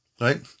Right